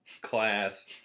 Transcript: class